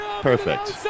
Perfect